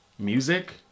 music